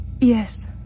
Yes